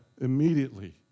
immediately